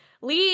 Lee